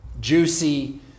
juicy